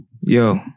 Yo